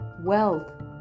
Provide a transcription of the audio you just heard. wealth